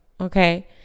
okay